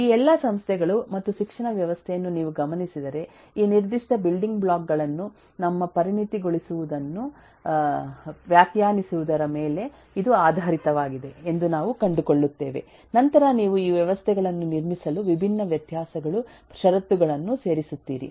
ಈ ಎಲ್ಲಾ ಸಂಸ್ಥೆಗಳು ಮತ್ತು ಶಿಕ್ಷಣ ವ್ಯವಸ್ಥೆಯನ್ನು ನೀವು ಗಮನಿಸಿದರೆ ಈ ನಿರ್ದಿಷ್ಟ ಬಿಲ್ಡಿಂಗ್ ಬ್ಲಾಕ್ ಗಳನ್ನು ನಮ್ಮ ಪರಿಣತಿಗೊಳಿಸುವುದನ್ನು ವ್ಯಾಖ್ಯಾನಿಸುವುದರ ಮೇಲೆ ಇದು ಆಧಾರಿತವಾಗಿದೆ ಎಂದು ನಾವು ಕಂಡುಕೊಳ್ಳುತ್ತೇವೆ ನಂತರ ನೀವು ಈ ವ್ಯವಸ್ಥೆಗಳನ್ನು ನಿರ್ಮಿಸಲು ವಿಭಿನ್ನ ವ್ಯತ್ಯಾಸಗಳು ಷರತ್ತುಗಳನ್ನು ಸೇರಿಸುತ್ತೀರಿ